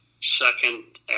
second